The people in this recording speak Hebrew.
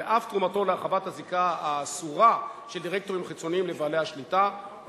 על אף תרומתו להרחבת הזיקה האסורה של דירקטורים חיצוניים לבעלי השליטה,